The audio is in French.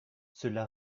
cela